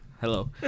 Hello